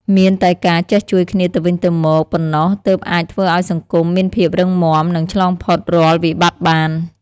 មានតែការចេះជួយគ្នាទៅវិញទៅមកប៉ុណ្ណោះ ទើបអាចធ្វើឲ្យសង្គមមានភាពរឹងមាំ និងឆ្លងផុតរាល់វិបត្តិបាន។